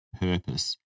purpose